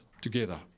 together